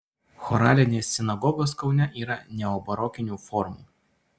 choralinės sinagogos kaune yra neobarokinių formų